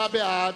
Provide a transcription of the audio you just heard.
68 בעד,